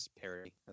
parody